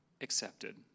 accepted